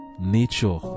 nature